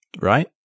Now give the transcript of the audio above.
Right